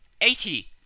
Eighty